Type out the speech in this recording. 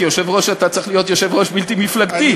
כיושב-ראש אתה צריך להיות יושב-ראש בלתי מפלגתי.